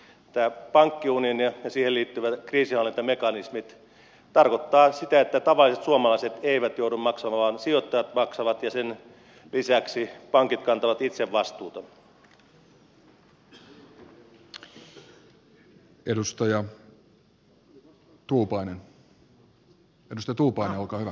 tämä pankkiunioni ja siihen liittyvät kriisinhallintamekanismit tarkoittavat sitä että tavalliset suomalaiset eivät joudu maksamaan vaan sijoittajat maksavat ja sen lisäksi pankit kantavat itse vastuuta